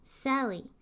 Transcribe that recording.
Sally